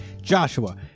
Joshua